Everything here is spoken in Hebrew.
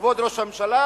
כבוד ראש הממשלה,